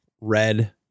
red